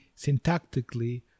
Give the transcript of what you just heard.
syntactically